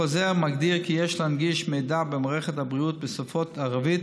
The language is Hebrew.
החוזר מגדיר כי יש להנגיש מידע במערכת הבריאות בשפות ערבית,